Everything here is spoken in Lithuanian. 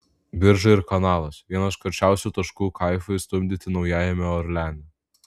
birža ir kanalas vienas karščiausių taškų kaifui stumdyti naujajame orleane